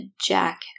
Jack